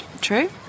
true